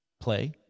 play